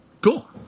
Cool